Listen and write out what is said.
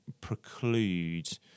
preclude